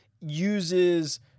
uses